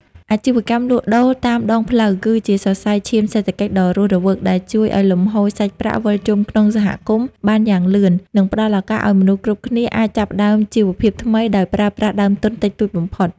អាជីវកម្មលក់ដូរតាមដងផ្លូវគឺជាសរសៃឈាមសេដ្ឋកិច្ចដ៏រស់រវើកដែលជួយឱ្យលំហូរសាច់ប្រាក់វិលជុំក្នុងសហគមន៍បានយ៉ាងលឿន និងផ្ដល់ឱកាសឱ្យមនុស្សគ្រប់គ្នាអាចចាប់ផ្ដើមជីវភាពថ្មីដោយប្រើប្រាស់ដើមទុនតិចតួចបំផុត។